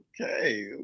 okay